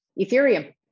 Ethereum